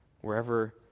wherever